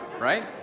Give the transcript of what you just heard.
Right